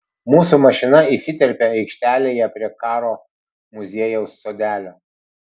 mūsų mašina įsiterpia aikštelėje prie karo muziejaus sodelio